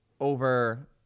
over –